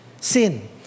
sin